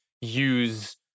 use